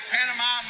Panama